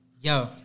Yo